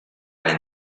den